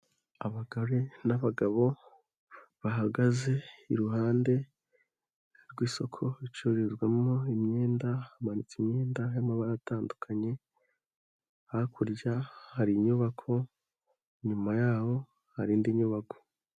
Abagore n'abagabo bahagaze iruhande rw'isoko ricururizwamo imyenda, hamanitse imyenda y'amabara atandukanye, hakurya hari inyubako, inyuma y'aho hari indi nyubako.